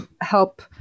help